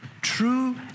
true